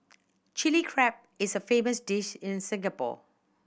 Chilli Crab is a famous dish in Singapore